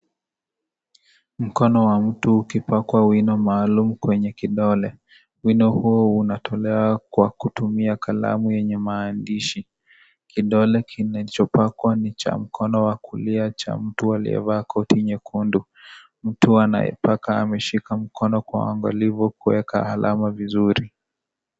Mkono wa mtu ukipakwa wino maalum kwenye kidole. Wino huo unatolewa kwa kutumia kalamu yenye maandishi. Kidole kinachopakwa ni cha mkono wa kulia cha mtu aliyevaa koti nyekundu. Mtu anayepaka ameshika mkono kwa uangalivu kuweka alama vizuri.